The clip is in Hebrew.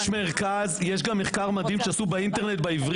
יש מחקר מדהים שעשו באינטרנט באוניברסיטה